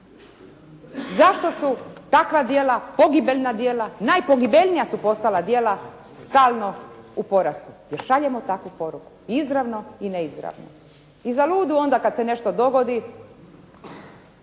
zašto su takva djela, pogibeljna djela najpogibeljnija su postala djela stalno u porastu, jer šaljemo takvu poruku i izravno i neizravno. I zaludu onda kada se nešto dogodi,